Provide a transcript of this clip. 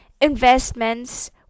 Investments